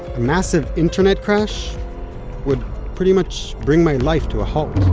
massive internet crash would pretty much bring my life to a halt